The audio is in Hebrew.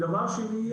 דבר שני,